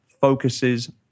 focuses